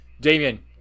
Damien